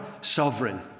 sovereign